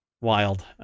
Wild